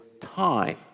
time